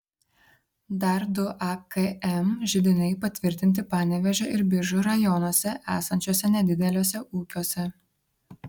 dar du akm židiniai patvirtinti panevėžio ir biržų rajonuose esančiuose nedideliuose ūkiuose